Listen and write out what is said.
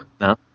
No